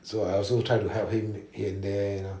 so I also try to help him here and there you know